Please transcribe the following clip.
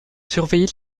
surveiller